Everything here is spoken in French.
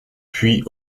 puis